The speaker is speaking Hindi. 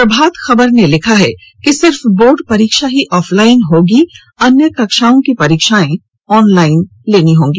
प्रभात खबर ने लिखा है कि सिर्फ बोर्ड परीक्षा ही ऑफलाईन होंगी अन्य कक्षाओं की परीक्षा ऑनलाईन लेनी होंगी